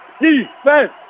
Defense